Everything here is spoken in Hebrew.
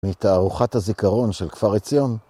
מתערוכת הזיכרון של כפר עציון.